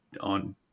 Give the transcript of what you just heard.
on